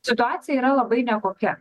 situacija yra labai nekokia